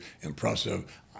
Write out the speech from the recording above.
impressive